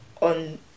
on